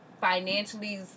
financially